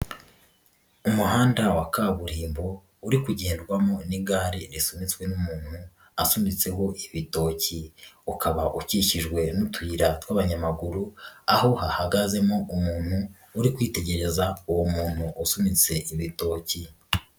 Umuhanda wa kaburimbo, uri kugendwamo n'igare risunitswe n'umuntu, asunitseho ibitoki, ukaba ukikijwe n'utuyira tw'abanyamaguru, aho hahagazemo umuntu, uri kwitegereza uwo muntu usunitse ibitoki.